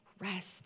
rest